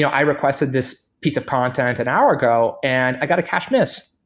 yeah i requested this piece of content an hour ago and i got a cache miss.